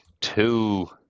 two